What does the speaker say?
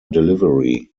delivery